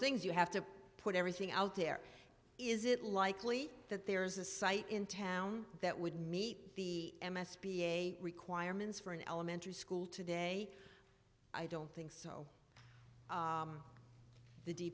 things you have to put everything out there is it likely that there's a site in town that would meet the m s b a requirements for an elementary school today i don't think so the d